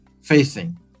facing